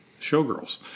Showgirls